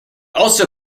also